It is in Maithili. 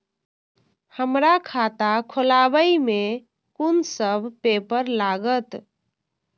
हमरा खाता खोलाबई में कुन सब पेपर लागत?